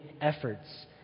efforts